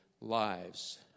lives